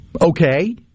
Okay